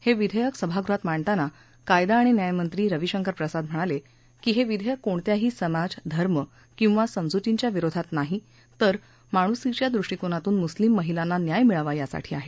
हे विधेयक सभागृहात मांडताना कायदा आणि न्याय मंत्री रविशंकर प्रसाद म्हणाले की हे विधेयक कोणत्याही समाज धर्म किंवा समजुतींच्या विरोधात नाही तर माणूसकीच्या दृष्टीकोनातून मुस्लीम महिलांना न्याय मिळावा यासाठी आहे